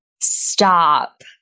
Stop